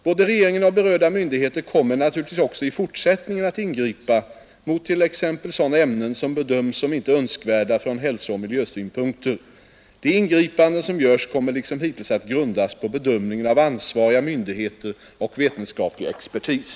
Både regeringen och berörda myndigheter kommer naturligtvis också i fortsättningen att ingripa mot t.ex. sådana ämnen som bedöms som inte önskvärda från hälsooch miljösynpunkter. De ingripanden som görs kommer liksom hittills att grundas på bedömningen av ansvariga myndigheter och vetenskaplig expertis.